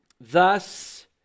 thus